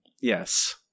Yes